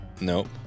nope